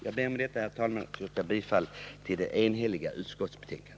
Jag ber med detta, herr talman, att få yrka bifall till det enhälliga utskottets hemställan.